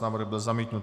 Návrh byl zamítnut.